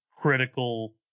critical